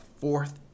fourth